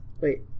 Wait